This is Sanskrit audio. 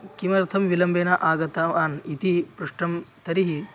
किमर्थं विलम्बेन आगतवान् इति पृष्टं तर्हि